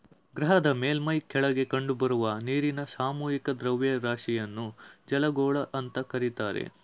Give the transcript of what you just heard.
ಗ್ರಹದ ಮೇಲ್ಮೈ ಕೆಳಗೆ ಕಂಡುಬರುವ ನೀರಿನ ಸಾಮೂಹಿಕ ದ್ರವ್ಯರಾಶಿಯನ್ನು ಜಲಗೋಳ ಅಂತ ಕರೀತಾರೆ